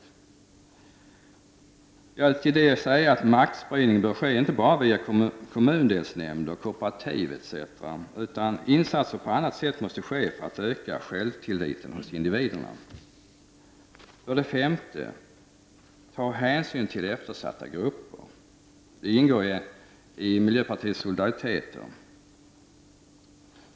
Som kommentar till det vill jag säga att maktspridning bör inte ske bara via kommundelsnämnder, kooperativ etc., utan insatser på annat sätt måste ske för att öka självtilliten hos individerna. För det femte bör kulturpolitiken ta hänsyn till eftersatta grupper. Det ingår i miljöpartiets solidaritetsmål.